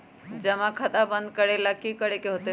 जमा खाता बंद करे ला की करे के होएत?